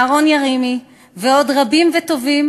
אהרן ירימי ועוד רבים וטובים,